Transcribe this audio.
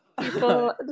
people